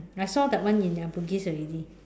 I saw that one in uh Bugis already